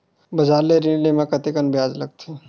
बजार ले ऋण ले म कतेकन ब्याज लगथे?